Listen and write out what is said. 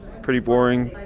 pretty boring.